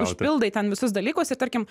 užpildai ten visus dalykus ir tarkim